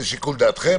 לכן, זה לשיקול דעתכם.